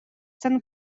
sen